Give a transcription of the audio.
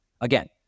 Again